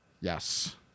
Yes